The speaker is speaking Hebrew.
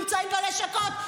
נמצאים בלשכות,